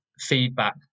feedback